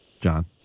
John